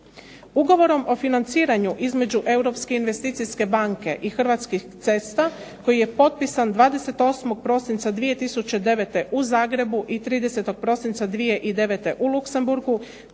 Ugovorom o financiranju između Europske investicijske banke i Hrvatskih cesta, koji je potpisan 28. prosinca 2009. u Zagrebu i 30. prosinca 2009. u Luksemburgu,